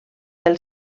pel